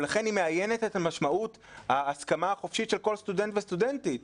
ולכן היא מאיינת את משמעות ההסכמה החופשית של כל סטודנט וסטודנטית.